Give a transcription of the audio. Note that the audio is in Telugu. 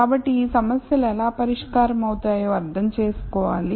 కాబట్టి ఈ సమస్యలు ఎలా పరిష్కారమవుతాయో అర్థం చేసుకోవాలి